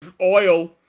oil